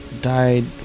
died